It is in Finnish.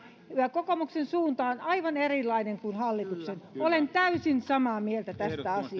kokoomuksen suunta on aivan erilainen kuin hallituksen olen täysin samaa mieltä